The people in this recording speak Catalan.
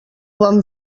van